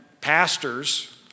pastors